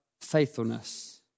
faithfulness